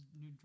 new